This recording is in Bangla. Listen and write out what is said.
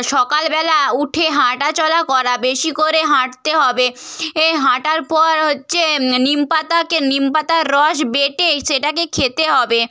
সকালবেলা উঠে হাঁটা চলা করা বেশি করে হাঁটতে হবে এ হাঁটার পর হচ্ছে নিম পাতাকে নিম পাতার রস বেটেই সেটাকে খেতে হবে